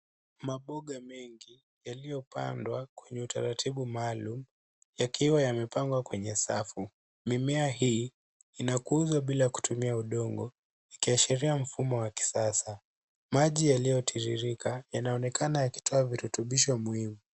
Maboga mengi yaliyopandwa kwenye utaratibu maalum, yakiwa yamepangwa kwenye safu. Mimea hii inakuzwa bila kutumia udongo ikiashiria mfumo wa kisasa. Maji yaliyotiririka yanaonekana yakitoa virutubisho muhimu.